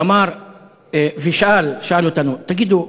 והוא שאל אותנו: תגידו,